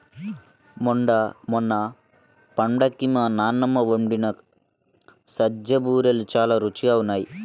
మొన్న పండక్కి మా నాన్నమ్మ వండిన సజ్జ బూరెలు చాలా రుచిగా ఉన్నాయి